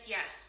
Yes